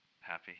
happy